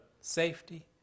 Safety